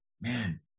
man